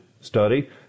study